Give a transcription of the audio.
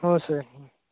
हो सर